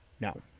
no